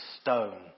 stone